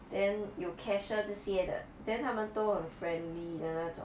then 有 cashier 这些的 then 他们都很 friendly 的那种